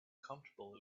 comfortable